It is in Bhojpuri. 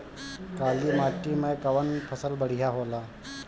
काली माटी मै कवन फसल बढ़िया होला?